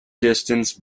distance